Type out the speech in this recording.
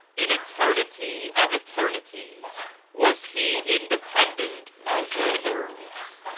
in eternity of eternities was he independent of the worlds.